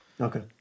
Okay